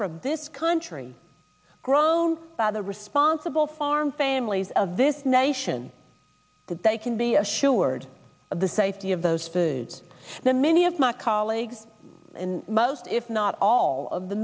from this country grown by the responsible farm families of this nation that they can be assured of the safety of those the many of my colleagues in most if not all of the